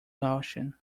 caution